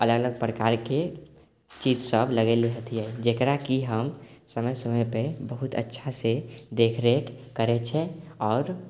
अलाना प्रकारके चीज सब लगेले हथीय जकरा की हम समय समयपर बहुत अच्छासँ देखरेख करै छै आओर